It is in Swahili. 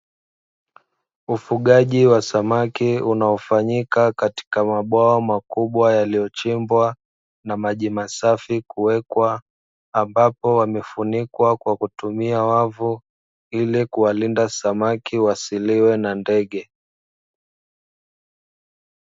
Ufugaji wa samaki unaofanyika katika mabwawa makubwa yaliyo chimbwa na maji masafi kuweka ambapo yamefunikwa kwa kutumia wavu, ili kuwalinda samaki wasiliwe na ndege.